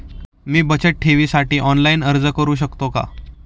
मी बचत ठेवीसाठी ऑनलाइन अर्ज करू शकतो का?